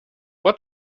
what